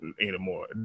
anymore